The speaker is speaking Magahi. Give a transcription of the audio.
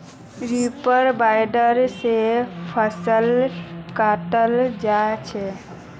रीपर बाइंडर से फसल कटाल जा छ